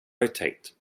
rotate